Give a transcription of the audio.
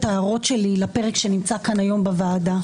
ההערות שלי לפרק שנמצא כאן היום בוועדה.